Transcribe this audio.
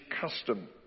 custom